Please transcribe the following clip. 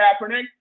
Kaepernick